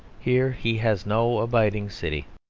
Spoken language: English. here he has no abiding city.